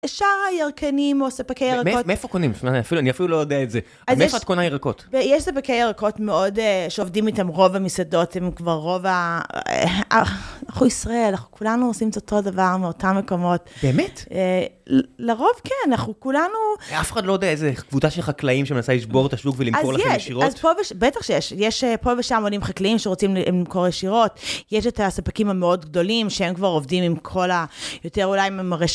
שאר הירקנים או ספקי ירקות. מאיפה קונים? אני אפילו לא יודע את זה. מאיפה את קונה ירקות. ויש ספקי ירקות מאוד, שעובדים איתן רוב המסעדות, הם כבר רוב ה... אנחנו ישראל, אנחנו כולנו עושים את אותו דבר מאותן מקומות. באמת? לרוב כן, אנחנו כולנו... אף אחד לא יודע איזה קבוצה של חקלאים שמנסה לשבור את השוק ולמכור לכם ישירות? אז פה ושם, בטח שיש, יש פה ושם עולים חקלאים שרוצים למכור ישירות, יש את הספקים המאוד גדולים שהם כבר עובדים עם כל היותר אולי עם הרשת...